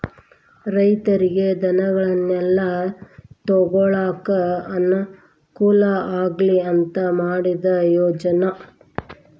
ರೈತರಿಗೆ ಧನಗಳನ್ನಾ ತೊಗೊಳಾಕ ಅನಕೂಲ ಆಗ್ಲಿ ಅಂತಾ ಮಾಡಿದ ಯೋಜ್ನಾ